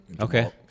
Okay